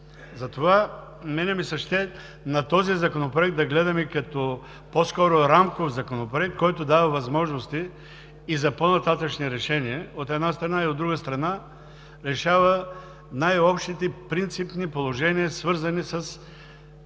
Затова на мен ми се ще на този законопроект да гледаме по-скоро като на рамков законопроект, който дава възможности и за по-нататъшни решения, от една страна, и, от друга страна, решава най-общите принципни положения, свързани с